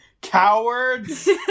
cowards